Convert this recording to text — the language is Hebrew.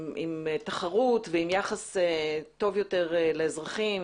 עם תחרות ועם יחס טוב יותר לאזרחים,